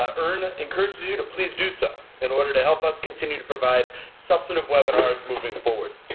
ah earn encourages you to please do so in order to help us continue to provide substantive webinars moving forward.